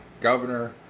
Governor